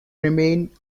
remain